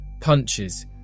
punches